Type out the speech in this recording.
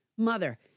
Mother